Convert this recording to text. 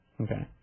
Okay